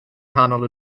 nghanol